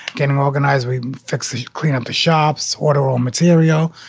getting organized. we fix the clean up shops, order all material,